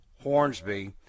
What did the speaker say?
Hornsby